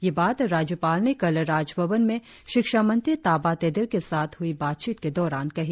ये बात राज्यपाल ने कल राजभवन में शिक्षा मंत्री ताबा तेदिर के साथ हुई बातचीत के दौरान कही